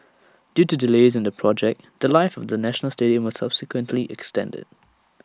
due to delays in the project The Life of the national stadium was subsequently extended